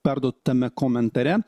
perduotame komentare